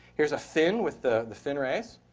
here's a fin with the the fin rays.